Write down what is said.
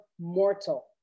mortal